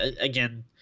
Again